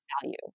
value